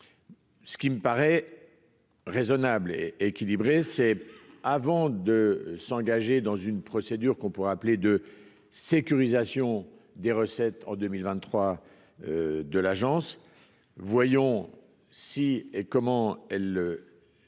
Ce qui me paraît raisonnable et équilibré, c'est avant de s'engager dans une procédure qu'on pourrait appeler de sécurisation des recettes en 2023 de l'agence, voyons si et comment elle